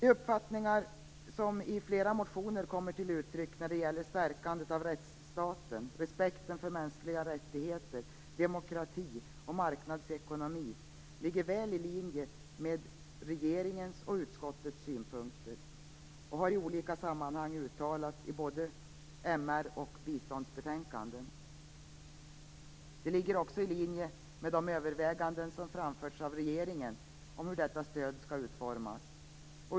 De uppfattningar som i flera motioner kommer till uttryck när det gäller stärkandet av rättsstaten, respekten för mänskliga rättigheter, demokrati och marknadsekonomi ligger väl i linje med regeringens och utskottets synpunkter, som i olika sammanhang uttalats i både MR och biståndsbetänkanden. De ligger också i linje med de överväganden som framförts av regeringen om hur detta stöd skall utformas.